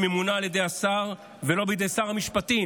היא ממונה על ידי השר ולא בידי שר המשפטים.